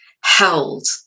held